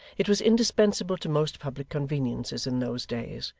it was indispensable to most public conveniences in those days,